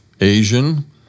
Asian